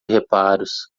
reparos